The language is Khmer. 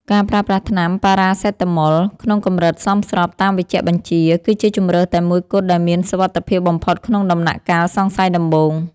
ការប្រើប្រាស់ថ្នាំប៉ារ៉ាសេតាមុល (Paracetamol) ក្នុងកម្រិតសមស្របតាមវេជ្ជបញ្ជា គឺជាជម្រើសតែមួយគត់ដែលមានសុវត្ថិភាពបំផុតក្នុងដំណាក់កាលសង្ស័យដំបូង។